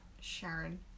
Sharon